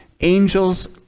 angels